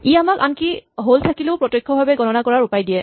ই আমাক আনকি হল থাকিলেও প্ৰত্যক্ষভাৱে গণনা কৰাৰ উপায় দিয়ে